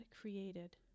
created